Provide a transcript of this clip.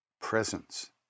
presence